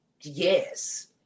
Yes